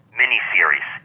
miniseries